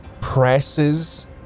presses